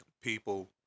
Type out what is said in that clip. people